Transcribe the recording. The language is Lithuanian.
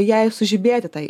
jei sužibėti tai